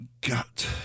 gut